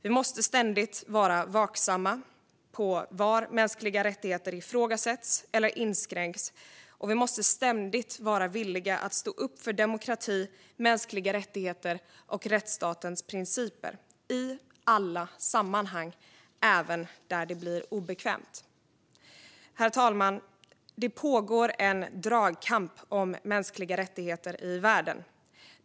Vi måste ständigt vara vaksamma på var mänskliga rättigheter ifrågasätts eller inskränks, och vi måste ständigt vara villiga att stå upp för demokrati, mänskliga rättigheter och rättsstatens principer i alla sammanhang, även där det blir obekvämt. Herr talman! Det pågår en dragkamp om mänskliga rättigheter i världen.